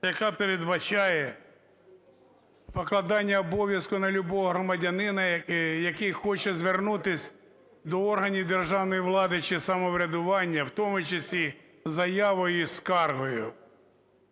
яка передбачає покладання обов'язку на любого громадянина, який хоче звернутися до органів державної влади чи самоврядування, в тому числі з заявою і скаргою.